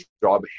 job